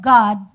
God